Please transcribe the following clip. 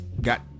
got